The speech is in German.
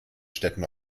städten